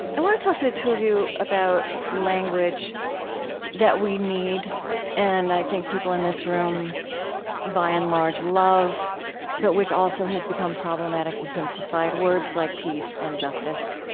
want to talk to the two of you about language that we need and, i think, people in this room by and large love but which also has become problematic and simplified words like peace and justice.